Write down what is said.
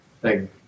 Thank